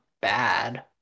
bad